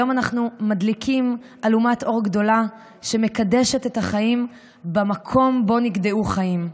היום אנחנו מדליקים אלומת אור גדולה שמקדשת החיים במקום שבו נגדעו חיים.